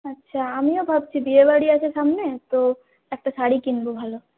আচ্ছা আমিও ভাবছি বিয়েবাড়ি আছে সামনে তো একটা শাড়ি কিনব ভালো